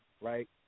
right